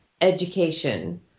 education